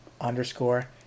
underscore